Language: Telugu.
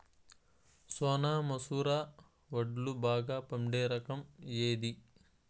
సోనా మసూర వడ్లు బాగా పండే రకం ఏది